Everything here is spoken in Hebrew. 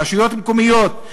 רשויות מקומיות,